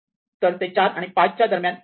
तर ते 4 आणि 5 च्या दरम्यान ठेवते